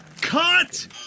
Cut